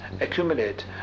accumulate